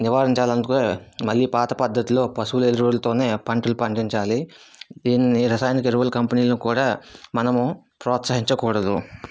నివారించాలి అనుకో మళ్ళీ పాత పద్దతిలో పశువుల ఎరువులతోనే పంటలు పండించాలి దీనిని రసాయనిక ఎరువుల కంపెనీలను కూడా మనము ప్రోత్సాహించకూడదు